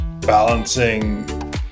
balancing